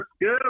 good